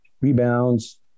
rebounds